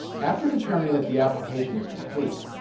after determining that the application is complete,